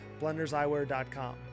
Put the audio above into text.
BlenderSeyewear.com